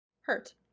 Hurt